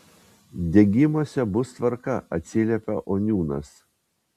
degimuose bus tvarka atsiliepia oniūnas